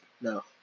No